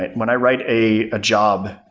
when i write a job,